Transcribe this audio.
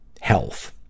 health